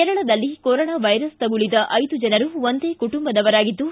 ಕೇರಳದಲ್ಲಿ corona virus ತಗುಲಿದ ಐದು ಜನರು ಒಂದೇ ಕುಟುಂಬದವರಾಗಿದ್ದು